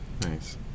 Nice